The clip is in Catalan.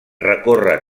recorre